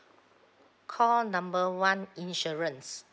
call number one insurance